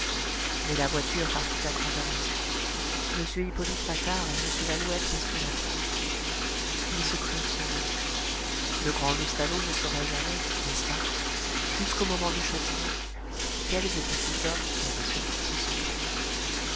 mais la voiture partit à grande allure m hippolyte patard et m lalouette respirèrent enfin ils se crurent sauvés le grand loustalot ne saurait jamais n'est-ce pas jusqu'au moment du châtiment quels étaient ces hommes qui avaient surpris son secret